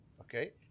okay